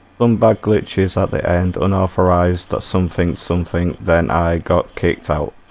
bombay colleges other end on authorized or something something then i got kicked out